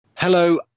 Hello